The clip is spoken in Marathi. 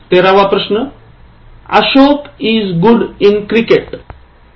१३ वा प्रश्न आहे Ashok is good in cricket